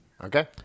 Okay